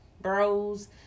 Bros